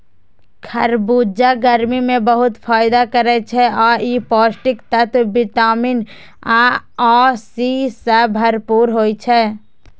खरबूजा गर्मी मे बहुत फायदा करै छै आ ई पौष्टिक तत्व विटामिन ए आ सी सं भरपूर होइ छै